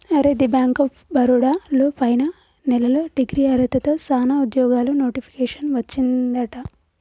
అరే the bank of Baroda లో పైన నెలలో డిగ్రీ అర్హతతో సానా ఉద్యోగాలు నోటిఫికేషన్ వచ్చిందట